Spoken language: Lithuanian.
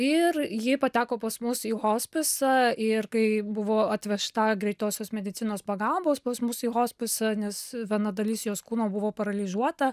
ir ji pateko pas mus į hospisą ir kai buvo atvežta greitosios medicinos pagalbos pas mus į hospisą nes viena dalis jos kūno buvo paralyžiuota